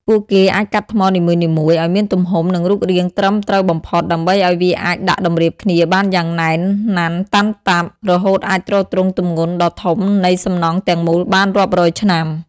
ពួកគេអាចកាត់ថ្មនីមួយៗឱ្យមានទំហំ និងរូបរាងត្រឹមត្រូវបំផុត ដើម្បីឱ្យវាអាចដាក់តម្រៀបគ្នាបានយ៉ាងណែនណាន់តាន់តាប់ រហូតអាចទ្រទ្រង់ទម្ងន់ដ៏ធំនៃសំណង់ទាំងមូលបានរាប់រយឆ្នាំ។